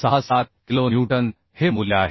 67 kilonewton हे मूल्य आहे